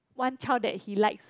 one child that he likes